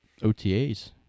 OTAs